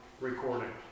recording